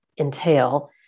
entail